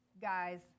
guys